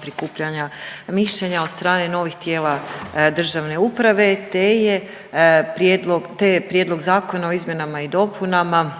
prikupljanja mišljenja od strane novih tijela državne uprave te je prijedlog zakona o izmjenama i dopunama